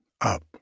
up